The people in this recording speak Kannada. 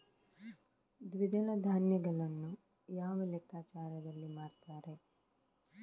ದ್ವಿದಳ ಧಾನ್ಯಗಳನ್ನು ಯಾವ ಲೆಕ್ಕಾಚಾರದಲ್ಲಿ ಮಾರ್ತಾರೆ?